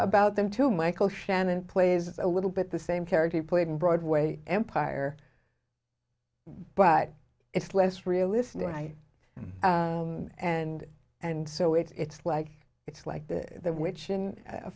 about them too michael shannon plays a little bit the same character played in broadway empire but it's less realistic than i and and so it's like it's like the the